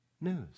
news